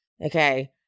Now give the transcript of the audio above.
Okay